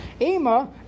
Ema